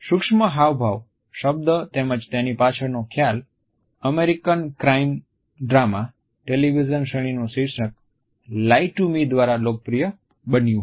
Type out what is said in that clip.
સૂક્ષ્મ હાવભાવ શબ્દ તેમજ તેની પાછળ નો ખ્યાલ અમેરિકન ક્રાઈમ ડ્રામા ટેલિવિઝન શ્રેણીનું શીર્ષક લાઇ ટુ મી દ્વારા લોકપ્રિય બન્યું હતું